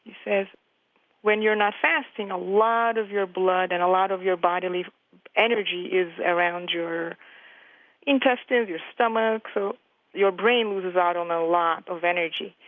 says when you're not fasting, a lot of your blood and a lot of your bodily energy is around your intestines, your stomach, so your brain loses out on a lot of energy.